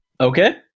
Okay